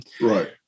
Right